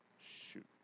Shoot